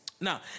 Now